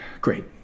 Great